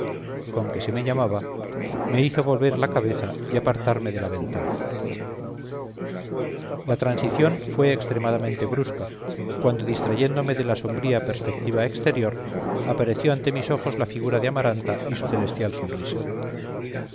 con que se me llamaba me hizo volver la cabeza y apartarme de la ventana la transición fue extremadamente brusca cuando distrayéndome de la sombría perspectiva exterior apareció ante mis ojos la figura de amaranta y su celestial sonrisa